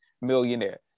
millionaire